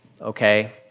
okay